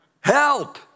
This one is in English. Help